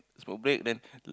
smoke break then